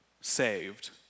saved